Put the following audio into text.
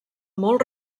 molt